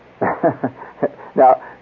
Now